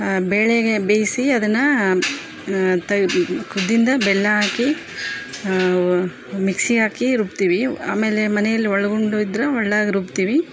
ಬೇಳೆಗೆ ಬೇಯಿಸಿ ಅದನ್ನ ತೆಗ್ದು ಗುದ್ದಿನ್ದ ಬೆಲ್ಲ ಹಾಕಿ ಮಿಕ್ಸಿಗೆ ಹಾಕಿ ರುಬ್ತೀವಿ ಆಮೇಲೆ ಮನೆಯಲ್ಲಿ ಒಳಗುಂಡು ಇದರ ಒಳ್ಳಾಗೆ ರುಬ್ತೀವಿ